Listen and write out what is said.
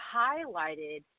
highlighted